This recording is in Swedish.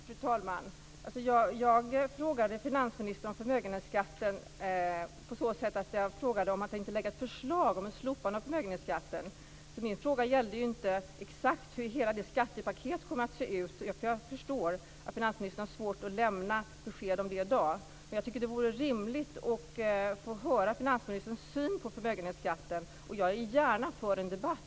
Fru talman! Jag frågade finansministern om han tänkte lägga fram ett förslag om ett slopande av förmögenhetsskatten. Min fråga gällde ju inte exakt hur hela skattepaketet kommer att se ut, för jag förstår att finansministern har svårt att lämna besked om det i dag. Men jag tycker att det vore rimligt att få höra finansministerns syn på förmögenhetsskatten. Jag för gärna en debatt.